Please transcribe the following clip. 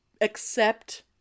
accept